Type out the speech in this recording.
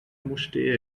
mustér